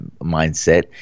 mindset